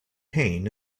pain